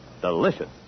delicious